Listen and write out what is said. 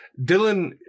Dylan